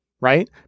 right